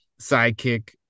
sidekick